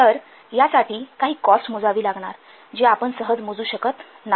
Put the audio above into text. तर यासाठी काही कॉस्ट मोजावी लागणार जेआपण सहज मोजू शकत नाही